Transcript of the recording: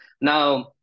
Now